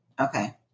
Okay